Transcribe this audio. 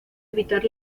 evitar